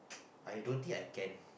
I don't think I can